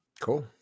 Cool